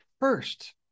first